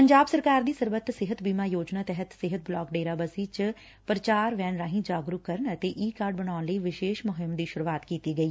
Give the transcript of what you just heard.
ਪੰਜਾਬ ਸਰਕਾਰ ਦੀ ਸਰੱਬਤ ਸਿਹਤ ਬੀਮਾ ਯੋਜਨਾ ਤਹਿਤ ਸਿਹਤ ਬਲਾਕ ਡੇਰਾਬਸੀ ਚ ਪ੍ਰਚਾਰ ਵੈਨ ਰਾਹੀ ਜਾਗਰੁਕ ਕਰਨ ਅਤੇ ਈ ਕਾਰਡ ਬਣਾਉਣ ਲਈ ਵਿਸ਼ੇਸ਼ ਮੁਹਿੰਮ ਦੀ ਸੁਰੁਆਤ ਕੀਤੀ ਗਈ